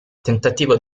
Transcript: tentativo